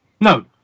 no